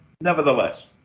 nevertheless